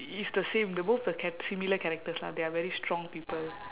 it's the same the both the cha~ similar characters lah they are very strong people